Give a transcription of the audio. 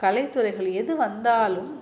கலைத்துறைகள் எது வந்தாலும்